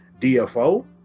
DFO